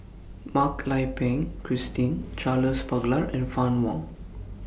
Mak Lai Peng Christine Charles Paglar and Fann Wong